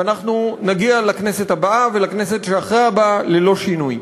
ואנחנו נגיע לכנסת הבאה ולכנסת שאחרי הבאה ללא שינוי.